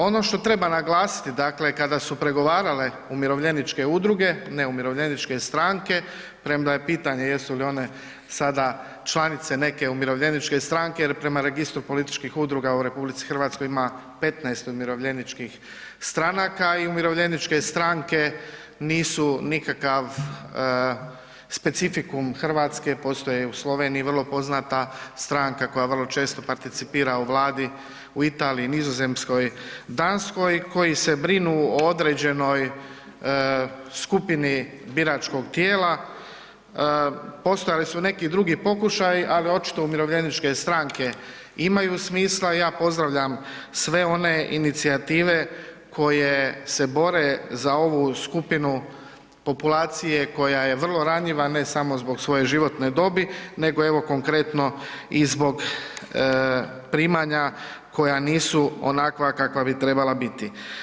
Ono što treba naglasiti, dakle kada su pregovarale umirovljeničke udruge, ne umirovljeničke stranke premda je pitanje jesu li one sada članice neke umirovljeničke stranke jer prema Registru političkih udruga u RH ima 15 umirovljeničkih stranaka i umirovljeničke stranke nisu nikakav specifikum Hrvatske, postoji u Sloveniji vrlo poznata stranka koja vrlo često participira u Vladi, u Italiji, Nizozemskoj, Danskoj, koji se brinu o određenoj skupini biračkog tijela, postojali su i neki drugi pokušaji ali očito umirovljeničke stranke imaju smisla i ja pozdravljam sve one inicijative koje se bore za ovu skupinu populacije koja je vrlo ranjiva ne samo zbog svoje životne dobit nego evo konkretno i zbog primanja koja nisu onakva kakva bi trebala biti.